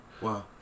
Wow